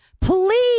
Please